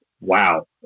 wow